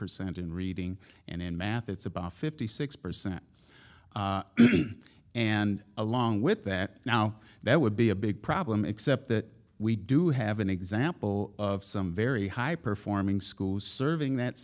percent in reading and in math it's about fifty six percent and along with that now that would be a big problem except that we do have an example of some very high performing schools serving that